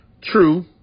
True